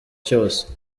cyose